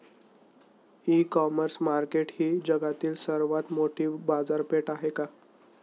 इ commerce market ही जगातील सर्वात मोठी बाजारपेठ आहे का?